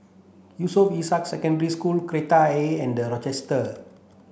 Yusof Ishak Secondary School Kreta Ayer and The Rochester